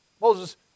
Moses